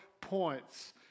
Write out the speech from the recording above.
points